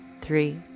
three